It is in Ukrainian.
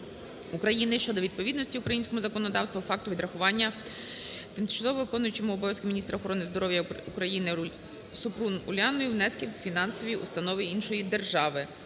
України щодо відповідності українському законодавству факту відрахування тимчасово виконуючому обов'язки міністра охорони здоров'я України Супрун Уляною внесків в фінансові установи іншої держави.